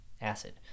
acid